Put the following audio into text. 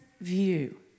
view